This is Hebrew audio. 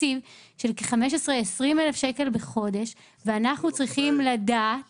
תקציב של כ-15,000-20,000 ₪ בחודש ואנחנו צריכים לדעת